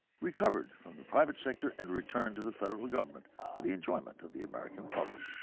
recovered from the private sector, and returned to the federal government for the enjoyment of the american public.